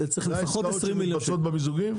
וצריך לפחות 20 מיליון שקל.